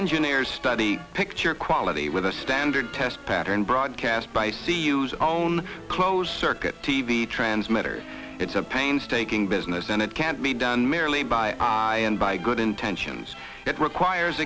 engineers study picture quality with a standard test pattern broadcast by sea use own close circuit t v transmitters it's a painstaking business and it can't be done merely by and by good intentions it requires